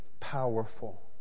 powerful